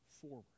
forward